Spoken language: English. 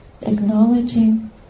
acknowledging